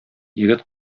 егет